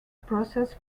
process